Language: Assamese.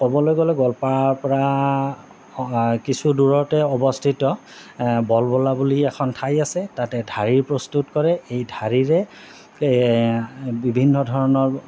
ক'বলৈ গ'লে গোৱালপাৰাৰ পৰা কিছু দূৰতে অৱস্থিত বল বলা বুলি এখন ঠাই আছে তাতে ঢাৰী প্ৰস্তুত কৰে এই ঢাৰিৰে বিভিন্ন ধৰণৰ